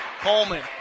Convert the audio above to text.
Coleman